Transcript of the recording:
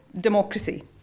democracy